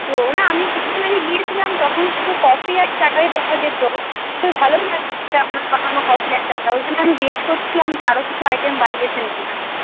ও না আমি কিছু দিন আগে গিয়েছিলাম তখন শুধু কফি আর চা টাই পাওয়া যেত তো ভালো আপনার বানানো কফি আর চা টা ওই জন্যে আমি জিজ্ঞেস করছিলাম যে আরও কিছু আইটেম বানিয়েছেন কি না